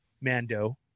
Mando